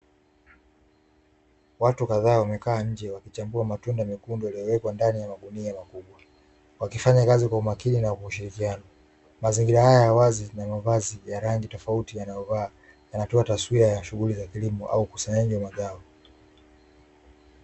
Watu kadhaa wamekaa nje wakichambua matunda mekundu yaliyowekwa ndani ya magunia makubwa wakifanya kazi kwa umakini na kushirikiana mazingira haya ya wazi na mavazi ya rangi tofauti yanayovaa kanatoa taswira ya shughuli za kilimo au sehemu ya magari.